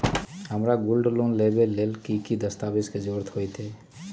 हमरा gold loan लेबे के लेल कि कि दस्ताबेज के जरूरत होयेत?